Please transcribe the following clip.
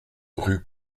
rue